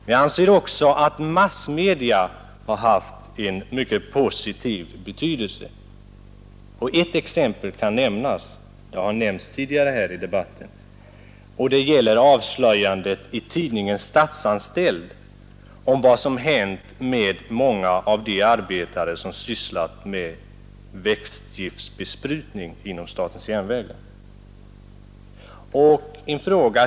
Jag anser också att massmedia har haft en mycket positiv betydelse. Ett utmärkt exempel kan nämnas — och det har nämnts tidigare här i debatten. Det gäller avslöjandet i tidningen Statsanställd om vad som hänt med många av de arbetare som inom statens järnvägar sysslat med växtgiftbesprutning.